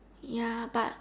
ya but